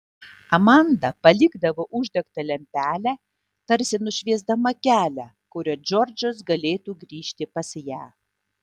amanda palikdavo uždegtą lempelę tarsi nušviesdama kelią kuriuo džordžas galėtų grįžti pas ją